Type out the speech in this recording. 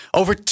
over